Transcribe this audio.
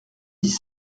dix